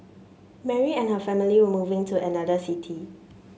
Mary and her family were moving to another city